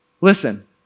listen